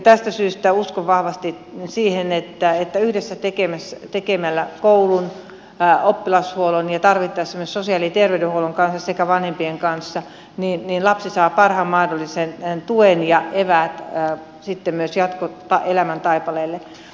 tästä syystä uskon vahvasti siihen että yhdessä tekemällä koulun oppilashuollon ja tarvittaessa myös sosiaali ja terveydenhuollon kanssa sekä vanhempien kanssa lapsi saa parhaan mahdollisen tuen ja eväät sitten myös elämäntaipaleelle